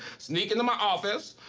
sneak into my office,